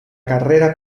carrera